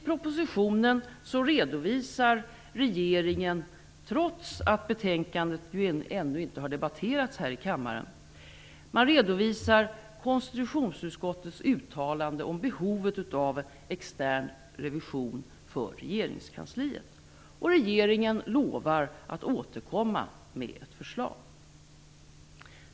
Trots att utskottets betänkande ännu inte har behandlats här i kammaren redovisar regeringen konstitutionsutskottets uttalande om behovet av extern revision i regeringskansliet. Regeringen lovar att återkomma med ett förslag.